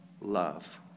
Love